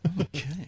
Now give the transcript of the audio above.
Okay